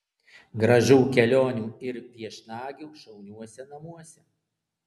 gražių kelionių ir viešnagių šauniuose namuose